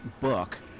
book